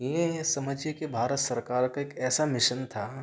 یہ سمجھیے کہ بھارت سرکار کا ایک ایسا مشن تھا